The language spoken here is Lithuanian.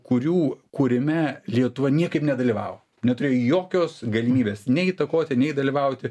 kurių kūrime lietuva niekaip nedalyvavo neturėjo jokios galimybės nei įtakoti nei dalyvauti